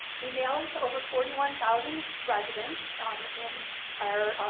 we mail them to over forty one thousand residents in our